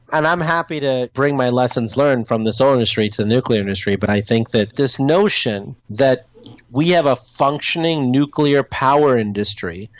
and i'm happy to bring my lessons learned from the solar industry to nuclear industry, but i think that this notion that we have a functioning nuclear power industry,